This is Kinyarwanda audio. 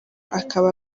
akaba